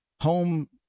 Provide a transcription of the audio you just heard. home